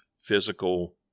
physical